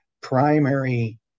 primary